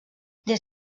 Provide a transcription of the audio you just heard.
des